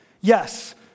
Yes